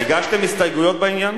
הגשתם הסתייגויות בעניין?